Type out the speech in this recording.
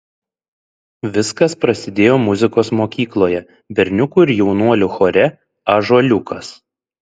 viskas prasidėjo muzikos mokykloje berniukų ir jaunuolių chore ąžuoliukas